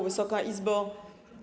Wysoka Izbo!